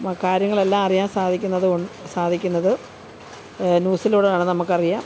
മ കാര്യങ്ങളെല്ലാം അറിയാൻ സാധിക്കുന്നത് കൊണ്ട് സാധിക്കുന്നത് ന്യൂസിലൂടെയാണ് നമുക്കറിയാൻ